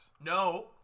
No